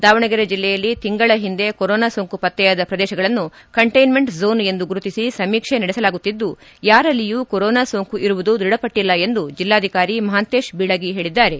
ದಾವಣಗೆರೆ ಜಿಲ್ಲೆಯಲ್ಲಿ ತಿಂಗಳ ಹಿಂದೆ ಕೊರೊನಾ ಸೋಂಕು ಪತ್ತೆಯಾದ ಪ್ರದೇಶಗಳನ್ನು ಕಂಟೈನ್ಸಂಟ್ ಝೋನ್ ಎಂದು ಗುರುತಿಸಿ ಸಮೀಕ್ಷೆ ನಡೆಸಲಾಗುತ್ತಿದ್ದು ಯಾರಲ್ಲಿಯೂ ಕೊರೊನಾ ಸೋಂಕು ಇರುವುದು ದೃಢಪಟ್ಟಲ್ಲ ಎಂದು ಜಲ್ಲಾಧಿಕಾರಿ ಮಹಂತೇಶ್ ಬೀಳಗಿ ಹೇಳಿದ್ದಾರೆ